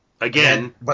Again